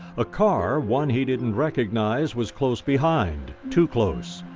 a car, one he didn't recognize, was close behind, too close.